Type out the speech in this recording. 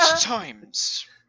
times